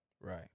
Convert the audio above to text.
Right